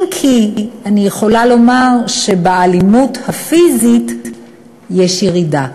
אם כי אני יכולה לומר שבאלימות הפיזית יש ירידה.